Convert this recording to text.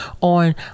on